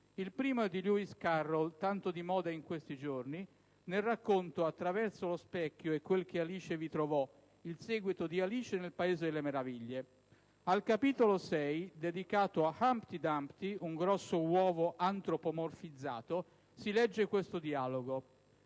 Il primo è di Lewis Carroll, tanto di moda in questi giorni, nel racconto «Attraverso lo specchio e quel che Alice vi trovò», il seguito di «Alice nel paese delle meraviglie». Nel capitolo 6, dedicato a Humpty Dumpty, un grosso uovo antropomorfizzato, si legge questo dialogo: